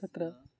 तत्र